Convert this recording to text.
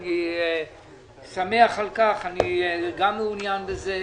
אני שמח על כך, אני גם מעוניין בזה.